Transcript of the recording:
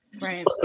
right